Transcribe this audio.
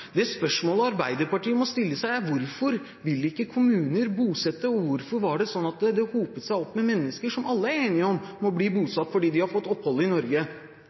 Det spørsmålet Arbeiderpartiet må stille seg, er: Hvorfor vil ikke kommuner bosette, og hvorfor var det slik at det hopet seg opp med mennesker som alle er enige om at må bli bosatt fordi de har fått opphold i Norge?